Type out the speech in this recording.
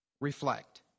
Reflect